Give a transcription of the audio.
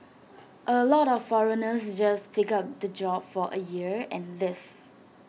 A lot of foreigners just take up the job for A year and leave